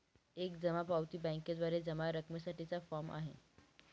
एक जमा पावती बँकेद्वारे जमा रकमेसाठी चा फॉर्म आहे